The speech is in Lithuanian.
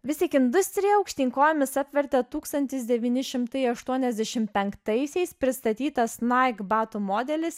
vis tik industriją aukštyn kojomis apvertė tūkstantis devyni šimtai aštuoniasdešim penktaisiais pristatytas nike batų modelis